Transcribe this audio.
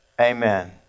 amen